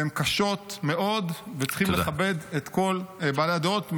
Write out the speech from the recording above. והן קשות מאוד, וצריכים לכבד את כל בעלי הדעות.